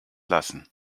lassen